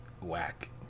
Whack